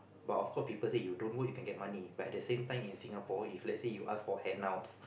but of course people say you don't work you can get money but at the same time in Singapore if let's say you ask for handouts